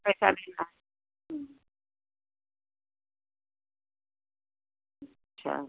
पैसा देना है अच्छा